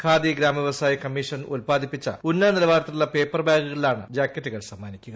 ഖാദി ഗ്രാമ വൃവസായ കമ്മീഷൻ ഉൽപാദിപ്പിച്ച ഉന്നതനിലവാരത്തിലുള്ള പേപ്പർ ബാഗുകളിലാണ് ജാക്കറ്റുകൾ സമ്മാനിക്കുക